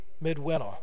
midwinter